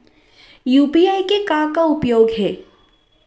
UPI के का उपयोग हे?